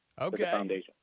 Okay